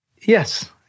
Yes